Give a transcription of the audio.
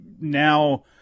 Now